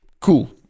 Cool